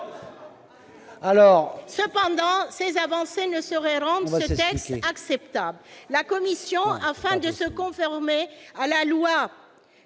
Néanmoins, ces avancées ne sauraient rendre ce texte acceptable. La commission, afin de se conformer à la loi